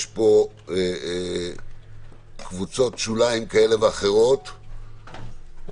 יש פה קבוצות שוליים כאלה ואחרות שמכתימות